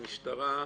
המשטרה.